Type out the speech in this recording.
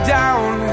down